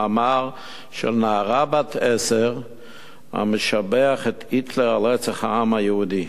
מאמר של נערה בת עשר המשבח את היטלר על רצח העם היהודי.